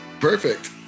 Perfect